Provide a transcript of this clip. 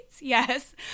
Yes